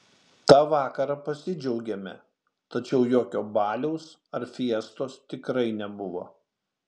tą vakarą pasidžiaugėme tačiau jokio baliaus ar fiestos tikrai nebuvo